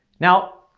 now,